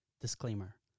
Disclaimer